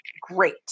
great